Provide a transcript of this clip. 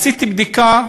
עשיתי בדיקה,